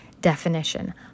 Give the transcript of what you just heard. definition